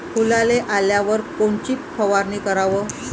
फुलाले आल्यावर कोनची फवारनी कराव?